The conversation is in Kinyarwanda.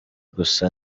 gusa